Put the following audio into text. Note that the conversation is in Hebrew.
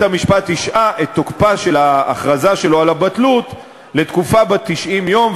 השעה בית-המשפט את תוקפה של ההכרזה שלו על הבטלות לתקופת 90 יום,